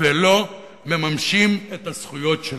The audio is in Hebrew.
ולא מממשים את הזכויות שלהם.